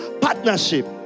partnership